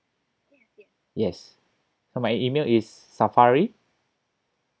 yes uh my email is safari